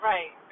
Right